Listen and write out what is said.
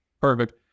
Perfect